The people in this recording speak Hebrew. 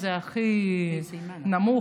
שזה הכי נמוך.